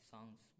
Songs